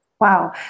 Wow